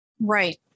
right